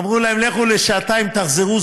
אמרו להן: לכו לשעתיים ותחזרו.